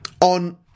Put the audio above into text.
on